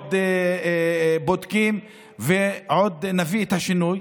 עוד בודקים ועוד נביא את השינוי.